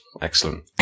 Excellent